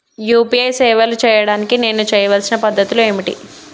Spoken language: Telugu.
యూ.పీ.ఐ సేవలు చేయడానికి నేను చేయవలసిన పద్ధతులు ఏమిటి?